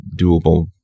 doable